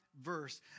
verse